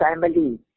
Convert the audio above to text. family